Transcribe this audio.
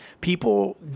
people